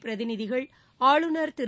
பிரதிநிதிகள் ஆளுநர் திரு